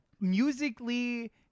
musically